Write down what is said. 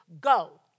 Go